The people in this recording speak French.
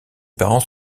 parents